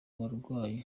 barwanyi